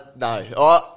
No